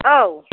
औ